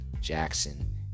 Jackson